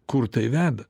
kur tai veda